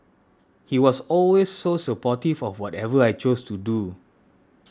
he was always so supportive of whatever I chose to do